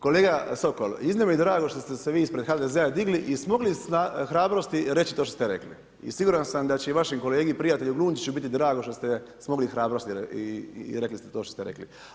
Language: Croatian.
Kolega Sokol, iznimno mi je drago što ste se vi ispred HDZ-a digli i smogli hrabrosti reći to što ste rekli i siguran sam da će i vašem kolegi i prijatelju Glunčiću biti drago što ste smogli hrabrosti i rekli ste to što ste rekli.